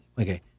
Okay